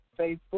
Facebook